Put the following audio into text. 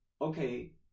okay